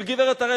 של גברת הראל,